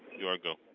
you are go.